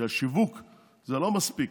שהשיווק זה לא מספיק,